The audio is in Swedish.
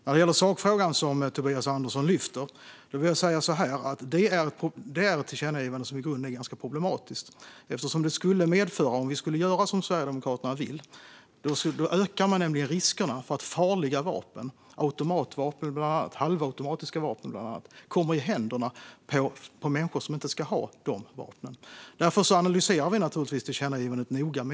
När det gäller sakfrågan som Tobias Andersson lyfter fram är detta ett tillkännagivande som i grunden är ganska problematiskt. Om vi skulle göra som Sverigedemokraterna vill ökar man nämligen riskerna för att farliga vapen, bland annat automatvapen och halvautomatiska vapen, kommer i händerna på människor som inte ska ha dessa vapen. Därför analyserar vi naturligtvis tillkännagivandet noga.